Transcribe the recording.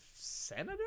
senator